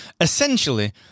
essentially